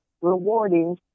rewarding